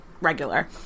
regular